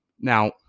Now